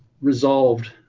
resolved